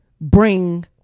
bring